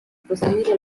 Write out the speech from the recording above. proseguire